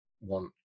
want